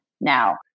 now